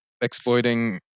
Exploiting